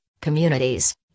Communities